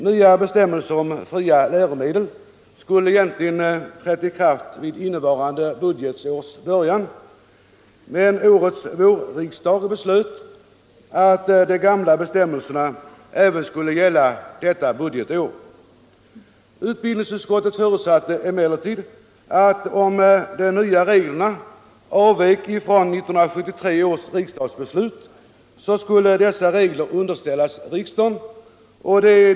Nya bestämmelser om fria läromedel skulle egentligen ha trätt i kraft vid innevarande budgetårs början, men årets vårriksdag beslöt att de gamla bestämmelserna även skulle gälla detta budgetår. Utbildningsutskottet förutsatte emellertid att om de nya reglerna avvek från 1973 års riksdagsbeslut, skulle dessa regler underställas riksdagen.